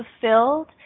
fulfilled